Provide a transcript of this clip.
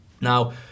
Now